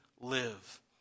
live